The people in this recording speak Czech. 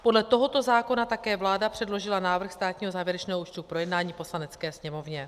Podle tohoto zákona také vláda předložila návrh státního závěrečného účtu k projednání Poslanecké sněmovně.